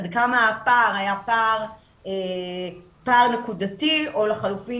עד כמה הפער היה פער נקודתי או לחלופין